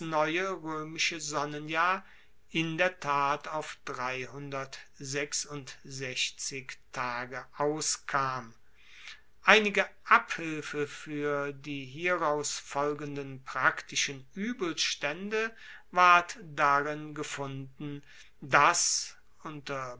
neue roemische sonnenjahr in der tat auf tag auskam einige abhilfe fuer die hieraus folgenden praktischen uebelstaende ward darin gefunden dass unter